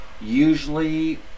usually